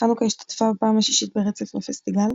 בחנוכה השתתפה, בפעם השישית ברצף, בפסטיגל.